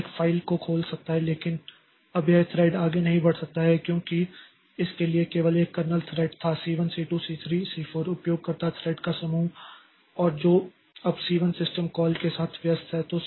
तो यह एक फाइल को खोल सकता है लेकिन अब यह थ्रेड आगे नहीं बढ़ सकता है क्योंकि इस के लिए केवल 1 कर्नेल थ्रेड था c1 c2 c3 c4 उपयोगकर्ता थ्रेड का समूह और जो अब c1 सिस्टम कॉल के साथ व्यस्त है